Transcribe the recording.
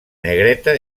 negreta